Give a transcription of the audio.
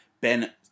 ben